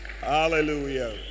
Hallelujah